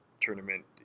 tournament